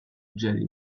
jelly